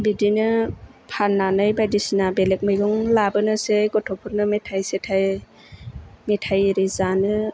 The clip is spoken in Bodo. बिदिनो फाननानै बायदिसिना बेलेग मैगं लाबोनोसै गथ'फोरनो मेथाइ सेथाय मेथाइ एरि जानो